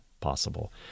possible